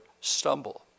stumble